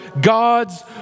God's